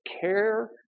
care